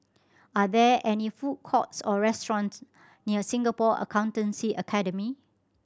are there any food courts or restaurants near Singapore Accountancy Academy